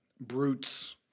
brutes